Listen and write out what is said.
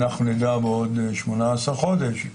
אנחנו נדע בעוד 18 חודש,